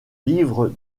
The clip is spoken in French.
livres